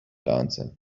answer